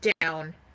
down